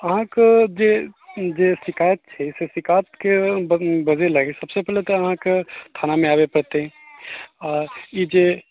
अहाँके जे जे शिकायत छै से शिकायतके वजहसँ सभसँ पहिले तऽ अहाँके थानामे आबै पड़तै आओर ई जे